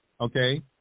okay